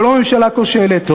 ולא ממשלה כושלת,